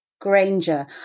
Granger